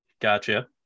Gotcha